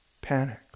panic